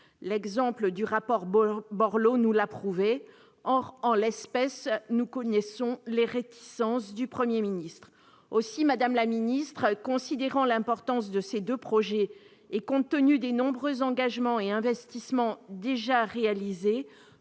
l'exemple du rapport Borloo nous l'a prouvé. Or, en l'espèce, nous connaissons les réticences du Premier ministre. Aussi, madame la ministre, considérant l'importance de ces deux projets et compte tenu des nombreux engagements et investissements déjà réalisés,